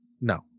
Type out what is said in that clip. No